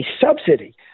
subsidy